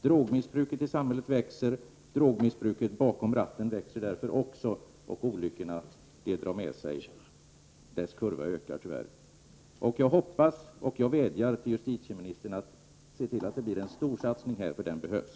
Drogmissbruket i samhället ökar, och drogmissbruket bakom ratten ökar därför också. De olyckor detta drar med sig ökar dess värre också. Jag vädjar till justitieministern att se till att det blir en storsatsning på detta område. Den behövs.